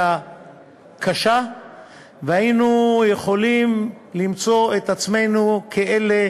קשה והיינו יכולים למצוא את עצמנו כאלה